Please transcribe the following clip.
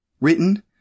Written